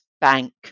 bank